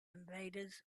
invaders